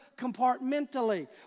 compartmentally